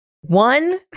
one